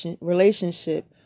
relationship